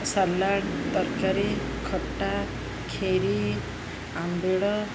salad ତରକାରୀ ଖଟା ଖିରି ଆମ୍ବିଳ